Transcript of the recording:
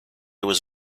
was